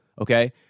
Okay